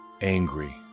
angry